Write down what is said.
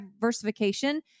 diversification